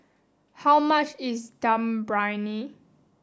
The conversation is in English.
how much is Dum Briyani